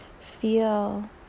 feel